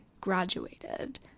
graduated